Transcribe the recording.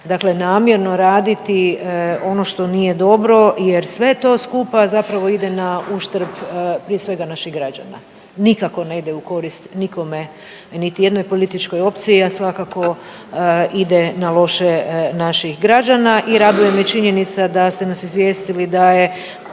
dakle namjerno raditi ono što nije dobro jer sve to skupa zapravo ide na uštrb prije svega naših građana, nikako ne ide u korist nikome, niti jednoj političkoj opciji, a svakako ide na loše naših građana i raduje me činjenica da su nas izvijestili da je,